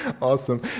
Awesome